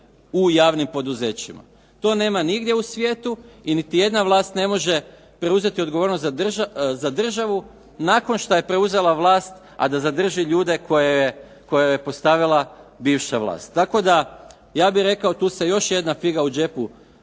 u javnim poduzećima. To nema nigdje u svijetu i niti jedna vlast ne može preuzeti odgovornost za državu nakon što je preuzela vlast a da zadrži ljude koje je postavila bivša vlast, tako da ja bih rekao tu se još jedna figa u džepu